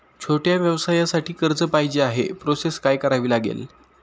छोट्या व्यवसायासाठी कर्ज पाहिजे आहे प्रोसेस काय करावी लागेल?